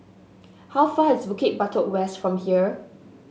how far is Bukit Batok West from here